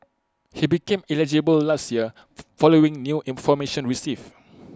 he became eligible last year following new information received